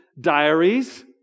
Diaries